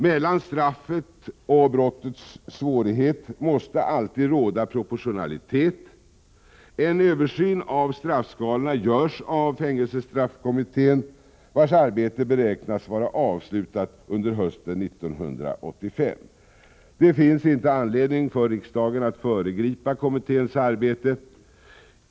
Mellan straffet och brottets svårighet måste alltid råda proportionalitet. En översyn av straffskalorna görs av fängelsestraffkommittén, vars arbete beräknas vara avslutat under hösten 1985. Det finns inte anledning för riksdagen att föregripa kommitténs arbete.